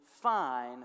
fine